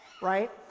right